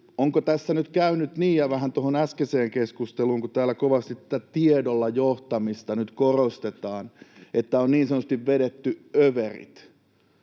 onko tässä nyt käynyt niin — vähän tuohon äskeiseen keskusteluun, kun täällä kovasti tiedolla johtamista nyt korostetaan — että on niin sanotusti vedetty överit?